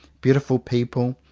beautiful people,